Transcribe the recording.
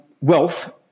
Wealth